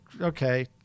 okay